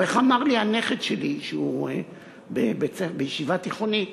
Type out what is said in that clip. או כמו שאמר לי הנכד שלי, שהוא בישיבה תיכונית,